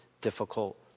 difficult